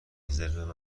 رزرو